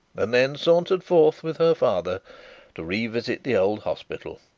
and then sauntered forth with her father to revisit the old hospital.